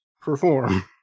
perform